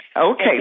Okay